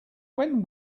when